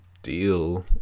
deal